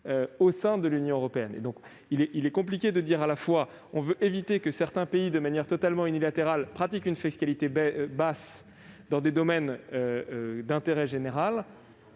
au sein de l'Union européenne. Il est difficile de vouloir à la fois éviter que certains pays, de manière totalement unilatérale, pratiquent une fiscalité basse dans des domaines d'intérêt général